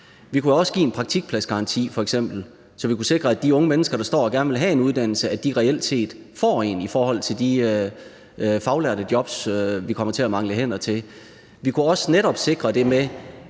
Vi kunne f.eks. også give en praktikpladsgaranti, så vi kunne sikre, at de unge mennesker, der står og gerne vil have en uddannelse, reelt set får en inden for de faglærte job, vi kommer til at mangle hænder til. Vi kunne også netop sikre det med,